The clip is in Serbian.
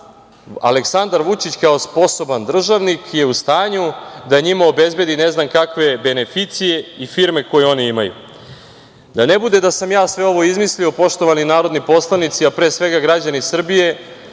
Aleksandar Vučić, kao sposoban državnik je u stanju da njima obezbedi ne znam kakve beneficije i firme koje one imaju. Da ne bude da sam ja sve to izmislio, poštovani narodni poslanici, a pre svega građani Srbije,